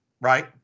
right